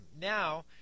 Now